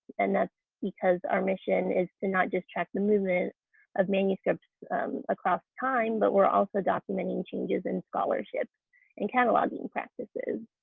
and that's because our mission is to not just track the movement of manuscripts across time but we're also documenting changes in scholarship and cataloguing practices.